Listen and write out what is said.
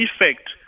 effect